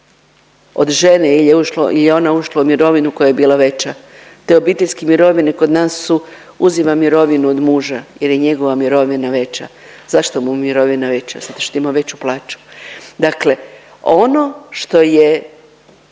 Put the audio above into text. od žene jer je ona ušla u mirovinu koja je bila veća. Te obiteljske mirovine kod nas su uzima mirovinu od muža jer je njegova mirovina veća. Zašto mu je mirovina veća? Zato što ima veću plaću. Dakle, ono što je